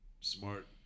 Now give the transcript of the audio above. smart